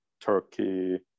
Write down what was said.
Turkey